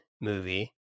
movie